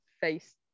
face